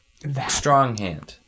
stronghand